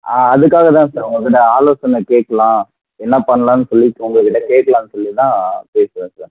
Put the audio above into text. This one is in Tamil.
ஆ அதுக்காக தான் சார் உங்கக்கிட்டே ஆலோசனை கேட்கலாம் என்ன பண்ணலான்னு சொல்லி உங்கக்கிட்டே கேக்கலாம்னு சொல்லிதான் கேக்கிறேன் சார்